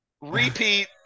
Repeat